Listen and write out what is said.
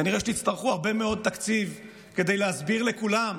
כנראה שתצטרכו הרבה מאוד תקציב כדי להסביר לכולם